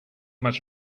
much